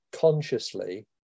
consciously